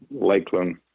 Lakeland